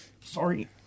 Sorry